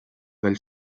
del